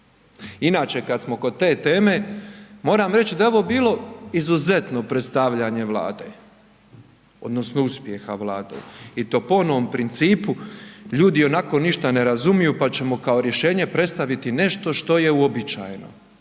Inače kada smo kod te teme, moram reći da je ovo bilo izuzetno predstavljanje Vlade odnosno uspjeha Vlade i to po onom principu, ljudi ionako ništa ne razumiju pa ćemo kao rješenje predstaviti nešto što je uobičajeno,